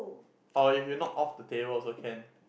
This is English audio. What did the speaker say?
or if you knock off the table also can